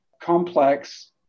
complex